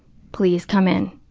please come in,